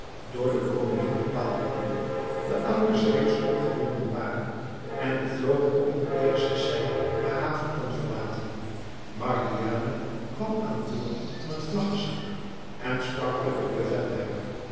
door de koningin bepaalde uur de ankers reeds opgewonden waren en de vloot op het eerste sein de haven kon verlaten margiane kwam aan boord van het vlaggeschip en sprak tot den bevelhebber